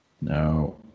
No